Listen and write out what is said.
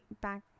back